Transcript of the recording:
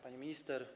Pani Minister!